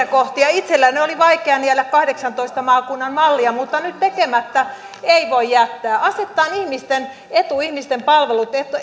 kohtia itselleni oli vaikea niellä kahdeksantoista maakunnan mallia mutta nyt tekemättä ei voi jättää asetetaan ihmisten etu ihmisten palvelut